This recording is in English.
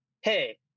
hey